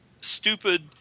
stupid